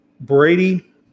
Brady